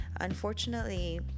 unfortunately